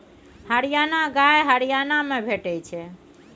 हरियाणा गाय हरियाणा मे भेटै छै